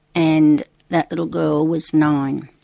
and that little girl was nine.